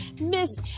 Miss